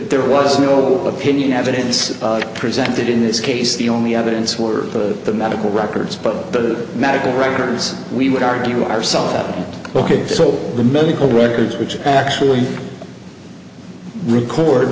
there was no opinion evidence presented in this case the only evidence worth of the medical records but the medical records we would argue ourself ok so the medical records which actually record